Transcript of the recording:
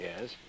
Yes